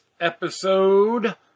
episode